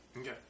Okay